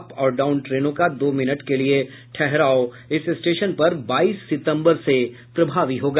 up और down ट्रेनों का दो मिनट के लिये ठहराव इस स्टेशन पर बाईस सितम्बर से प्रभावी होगा